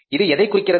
இது எதை குறிக்கிறது